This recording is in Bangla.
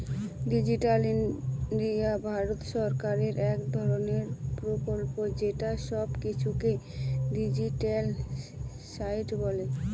ডিজিটাল ইন্ডিয়া ভারত সরকারের এক ধরনের প্রকল্প যেটা সব কিছুকে ডিজিট্যালাইসড করে